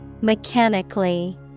Mechanically